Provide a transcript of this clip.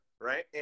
right